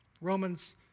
Romans